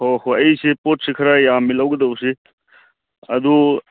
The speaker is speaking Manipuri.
ꯍꯣꯏ ꯍꯣꯏ ꯑꯩꯁꯦ ꯄꯣꯠꯁꯦ ꯈꯔ ꯌꯥꯝꯃꯤ ꯂꯧꯒꯗꯧꯕꯁꯦ ꯑꯗꯨ